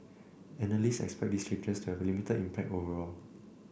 analysts expect these changes to have a limited impact overall